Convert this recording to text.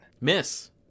Miss